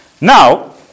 Now